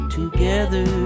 together